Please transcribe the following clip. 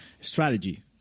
strategy